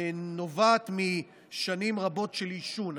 נובעת משנים רבות של עישון.